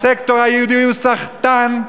הסקטור היהודי הוא סחטן,